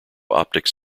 optics